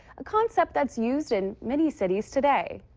a concept that's used in many cities today.